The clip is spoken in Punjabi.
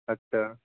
ਅੱਛਾ